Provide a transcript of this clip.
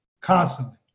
Constantly